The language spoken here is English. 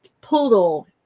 poodle